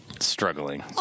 struggling